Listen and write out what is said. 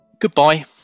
Goodbye